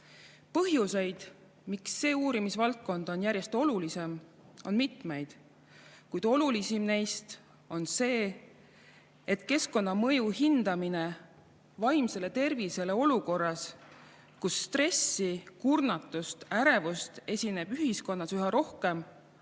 Põhjuseid, miks see uurimisvaldkond on järjest olulisem, on mitmeid. Kuid olulisim neist on see, et keskkonnamõju hindamine vaimsele tervisele olukorras, kus stressi, kurnatust ja ärevust esineb ühiskonnas üha rohkem,